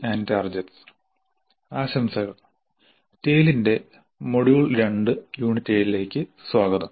ആശംസകൾ ടെയിലിന്റെ module 2 unit 7 ലേക്ക് സ്വാഗതം